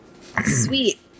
Sweet